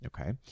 Okay